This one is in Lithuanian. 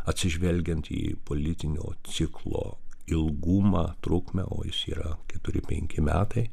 atsižvelgiant į politinio ciklo ilgumą trukmę o jis yra keturi penki metai